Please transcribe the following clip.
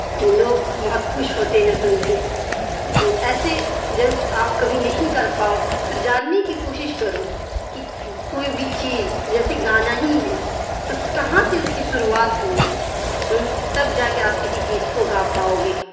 لوگ بہت خوش ہوتے ہیں سن کے تو ایسے جب آپ کبھی نہیں کر پاؤ تو جاننے کی کوشش کرو کہ کوئی بھی چیز جیسے گانا ہی ہیں تو کہاں سے اس کی شروعات ہوئی تب جا کے آپ کسی چیز کو گا پاؤ گے